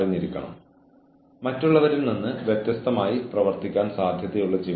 സംഘടനയുടെ മൊത്തത്തിലുള്ള കാലാവസ്ഥയെ ദോഷകരമായി ബാധിക്കാം